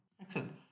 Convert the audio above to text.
Excellent